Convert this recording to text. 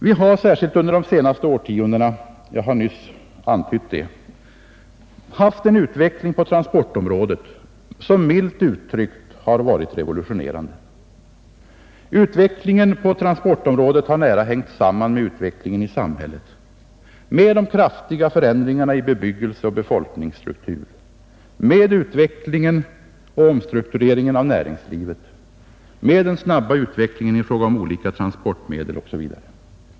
Vi har särskilt under de senaste årtiondena — jag har antytt det — haft en utveckling på transportområdet som milt uttryckt har varit revolutionerande. Utvecklingen på transportområdet har nära hängt samman med utvecklingen i samhället, med de kraftiga förändringarna i bebyggelseoch befolkningsstrukturen, med utvecklingen och omstruktureringen av näringslivet, med den snabba utvecklingen i fråga om olika transportmedel osv.